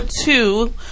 two